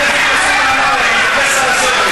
חבר הכנסת מסעוד גנאים, אני מבקש ממך לשבת.